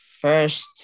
first